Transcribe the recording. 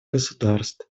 государств